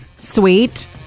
Sweet